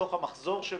בתוך המחזור שלו,